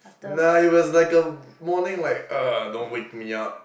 nah it was like a morning like ugh don't wake me up